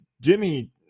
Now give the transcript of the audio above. Jimmy